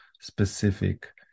specific